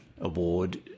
Award